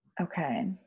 Okay